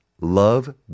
love